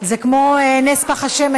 זה כמו נס פך השמן,